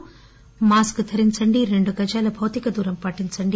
మాస్ఫీ ధరించండి రెండు గజాల భౌతికదూరం పాటించండి